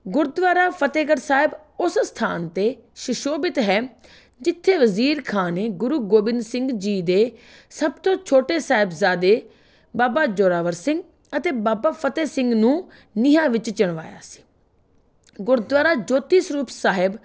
ਗੁਰਦੁਆਰਾ ਫਤਿਹਗੜ੍ਹ ਸਾਹਿਬ ਉਸ ਸਥਾਨ 'ਤੇ ਸੁਸ਼ੋਭਿਤ ਹੈ ਜਿੱਥੇ ਵਜ਼ੀਰ ਖਾਂ ਨੇ ਗੁਰੂ ਗੋਬਿੰਦ ਸਿੰਘ ਜੀ ਦੇ ਸਭ ਤੋਂ ਛੋਟੇ ਸਾਹਿਬਜ਼ਾਦੇ ਬਾਬਾ ਜੋਰਾਵਰ ਸਿੰਘ ਅਤੇ ਬਾਬਾ ਫਤਿਹ ਸਿੰਘ ਨੂੰ ਨੀਹਾਂ ਵਿੱਚ ਚਿਣਵਾਇਆ ਸੀ ਗੁਰਦੁਆਰਾ ਜੋਤੀ ਸਰੂਪ ਸਾਹਿਬ